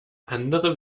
andere